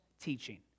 teaching